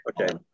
Okay